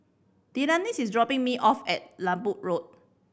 Delaney is dropping me off at Lembu Road